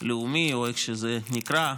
הלאומי או איך שזה נקרא,